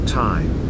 time